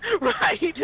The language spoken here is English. right